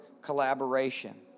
collaboration